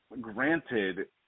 granted